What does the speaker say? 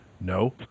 No